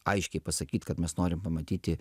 aiškiai pasakyt kad mes norim pamatyti